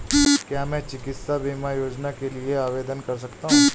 क्या मैं चिकित्सा बीमा योजना के लिए आवेदन कर सकता हूँ?